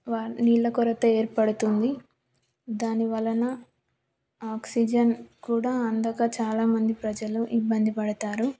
van నీళ్ళ కొరత ఏర్పడుతుంది దాని వలన ఆక్సిజన్ కూడా అందక చాలామంది ప్రజలు ఇబ్బంది పడతారు